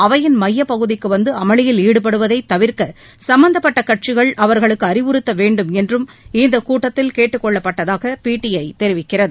அவையின் மையப் பகுதிக்கு வந்து அமளியில் ஈடுபடுவதை தவிர்க்க சும்மந்தப்பட்ட கட்சிகள் அவர்களுக்கு அறிவுறுத்த வேண்டும் என்றும் இந்தக் கூட்டத்தில் கேட்டுக் கொள்ளப்பட்டதாக பிடிஐ தெரிவிக்கிறது